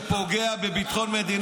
תזכיר טוב טוב --- לא שמעתי אותך.